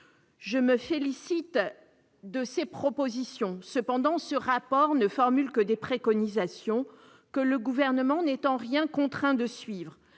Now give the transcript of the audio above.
Je me félicite de ces propositions. Cependant, le rapport précité ne formule que des préconisations, que le Gouvernement n'est en rien contraint de suivre-